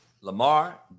Lamar